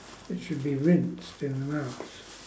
it should be rinsed in the mouth